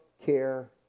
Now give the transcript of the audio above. care